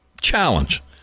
challenge